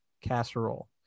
casserole